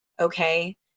Okay